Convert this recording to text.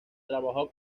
trabajó